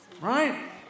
Right